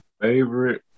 favorite